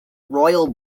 royal